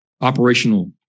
operational